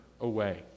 away